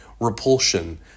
repulsion